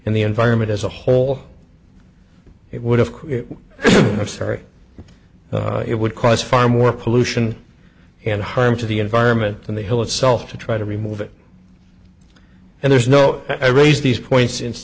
and the environment as a whole it would have no sorry it would cause far more pollution and harm to the environment than the hill itself to try to remove it and there's no i raised these points